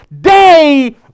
day